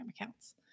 accounts